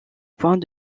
point